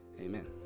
amen